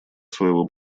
своего